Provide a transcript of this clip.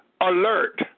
alert